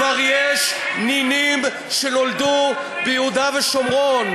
כבר יש נינים שנולדו ביהודה ושומרון.